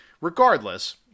regardless